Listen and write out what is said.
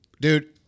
Dude